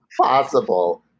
possible